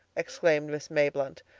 exclaimed miss mayblunt,